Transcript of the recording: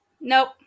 Nope